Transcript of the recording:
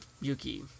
Yuki